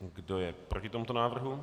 Kdo je proti tomuto návrhu?